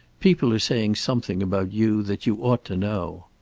people are saying something about you that you ought to know.